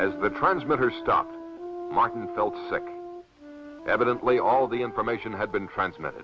has the transmitter stopped martin felt sick evidently all the information had been transmit